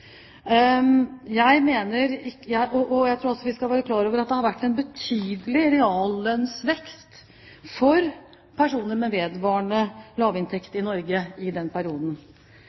Jeg tror vi skal være klar over at det har vært en betydelig reallønnsvekst for personer med vedvarende lav inntekt i Norge i denne perioden.